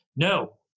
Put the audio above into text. No